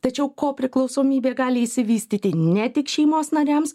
tačiau kopriklausomybė gali išsivystyti ne tik šeimos nariams